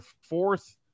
fourth